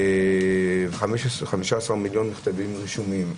15 מיליון מכתבים רשומים,